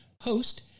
host